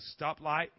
stoplight